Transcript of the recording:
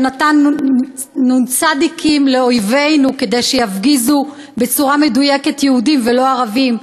שנתן נ"צ לאויבינו כדי שיפגיזו בצורה מדויקת יהודים ולא ערבים.